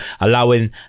allowing